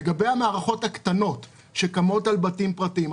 לגבי המערכות הקטנות שקמות על בתים פרטיים,